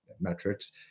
metrics